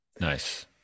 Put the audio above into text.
nice